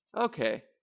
Okay